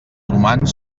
humans